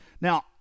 Now